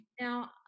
Now